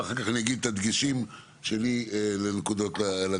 ואחר כך אני אגיד את הדגשים שלי לנקודות לדיון.